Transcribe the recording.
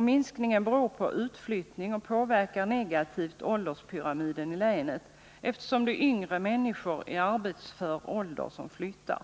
Minskningen beror på utflyttning och påverkar negativt ålderspyramiden i länet, eftersom det är yngre människor i arbetsför ålder som flyttar.